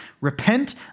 repent